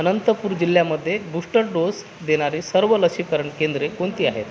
अनंतपूर जिल्ह्यामध्ये booster dose देणारे सर्व लसीकरण केंद्रे कोणती आहेत